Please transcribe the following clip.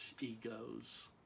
egos